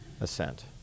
assent